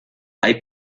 hay